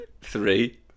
Three